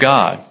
God